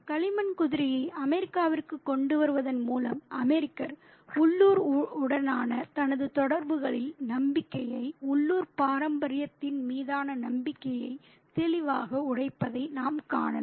களிமண் குதிரையை அமெரிக்காவிற்கு கொண்டு வருவதன் மூலம் அமெரிக்கர் உள்ளூர் உடனான தனது தொடர்புகளில் நம்பிக்கையை உள்ளூர் பாரம்பரியத்தின் மீதான நம்பிக்கையை தெளிவாக உடைப்பதை நாம் காணலாம்